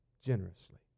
generously